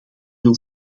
wil